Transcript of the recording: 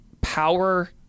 power